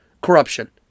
corruption